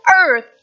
earth